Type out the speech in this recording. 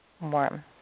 Warm